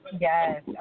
Yes